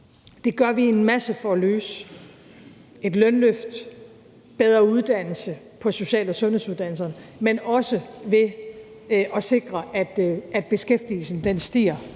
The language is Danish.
Det gør vi en masse for at løse; et lønløft, bedre uddannelse på social- og sundhedsuddannelserne, men også ved at sikre, at beskæftigelsen stiger